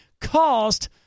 caused